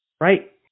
right